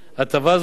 הטבה זו,